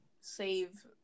save